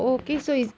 ya